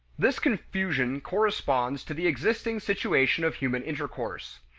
this confusion corresponds to the existing situation of human intercourse.